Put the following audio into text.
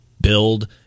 build